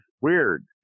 weird